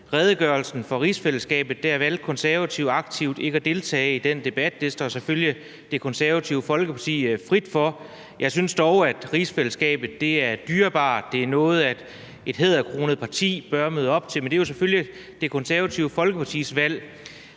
redegørelsen om rigsfællesskabet, valgte Det Konservative Folkeparti aktivt ikke at deltage i den debat. Det står selvfølgelig Det Konservative Folkeparti frit for. Jeg synes dog, at rigsfællesskabet er dyrebart, og at det er noget, et hæderkronet parti bør møde op til debatten om, men det er jo selvfølgelig Det Konservative Folkepartis valg.